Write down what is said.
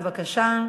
בבקשה.